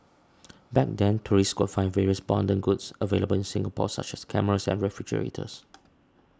back then tourists could find various bonder goods available in Singapore such as cameras and refrigerators